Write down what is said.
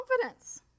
confidence